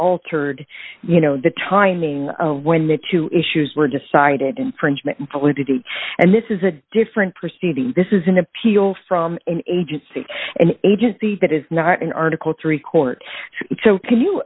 altered you know the timing of when the two issues were decided infringement probably didn't and this is a different proceeding this is an appeal from an agency an agency that is not an article three court so can you